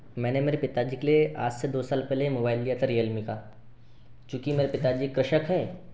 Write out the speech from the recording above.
मैंने मेरे पिताजी के लिए आज से दो साल पहले मोबाइल लिया था रियलमी का क्यूँकि मेरे पिता जी एक कृषक हैं